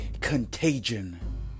contagion